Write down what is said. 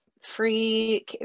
free